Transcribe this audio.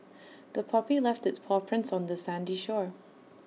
the puppy left its paw prints on the sandy shore